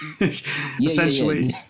essentially